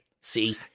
See